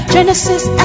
Genesis